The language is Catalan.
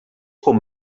com